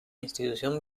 institución